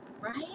right